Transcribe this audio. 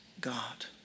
God